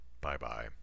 Bye-bye